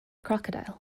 crocodile